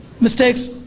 mistakes